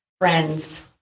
Friends